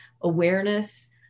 awareness